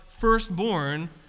firstborn